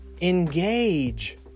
engage